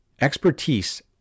Expertise